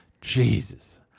Jesus